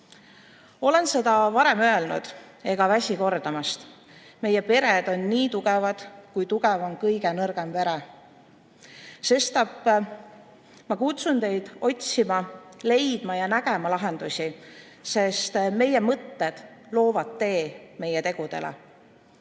seda varemgi öelnud ega väsi kordamast, et meie pered on nii tugevad, kui tugev on kõige nõrgem pere. Sestap ma kutsun teid otsima, leidma ja nägema lahendusi, sest meie mõtted loovad tee meie tegudele.